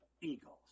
eagles